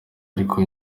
ariko